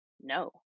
No